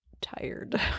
tired